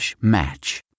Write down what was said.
match